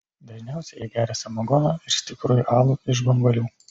dažniausiai jie geria samagoną ir stiprųjį alų iš bambalių